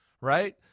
right